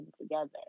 together